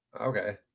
Okay